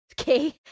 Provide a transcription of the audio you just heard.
Okay